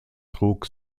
trug